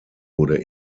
wurde